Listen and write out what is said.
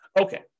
Okay